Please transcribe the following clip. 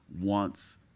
wants